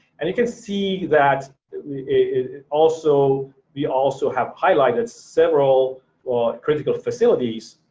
and you can see that that we also we also have highlighted several critical facilities.